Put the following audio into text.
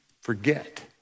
forget